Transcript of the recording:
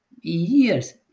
years